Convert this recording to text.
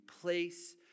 place